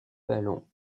ballons